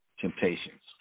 temptations